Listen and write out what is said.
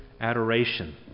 adoration